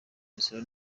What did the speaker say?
imisoro